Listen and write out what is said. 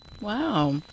Wow